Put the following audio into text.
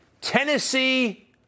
tennessee